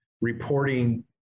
reporting